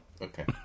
Okay